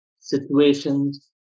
Situations